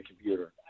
computer